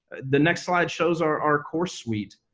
the next slide shows our our course suite,